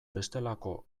bestelako